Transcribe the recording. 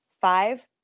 five